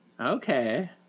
Okay